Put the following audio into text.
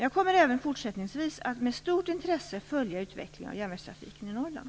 Jag kommer även fortsättningsvis att med stort intresse följa utvecklingen av järnvägstrafiken i Norrland.